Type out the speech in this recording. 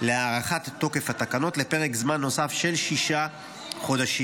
להארכת תוקף התקנות לפרק זמן נוסף של שישה חודשים,